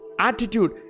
Attitude